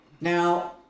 Now